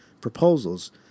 proposals